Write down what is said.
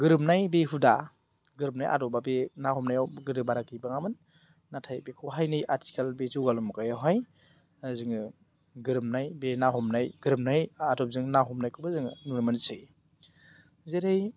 गोरोबनाय बे हुदा गोरोबनाय आदबा बे ना हमनायाव गोदो बारा गैबाङामोन नाथाय बेखौहाय नै आथिखाल बे जौगालु मुगायावहाय जोङो गोरोबनाय बे ना हमनाय गोरोबनाय आदबजों ना हमनायखौबो जोङो नुनो मोनसै जेरै